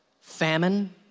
famine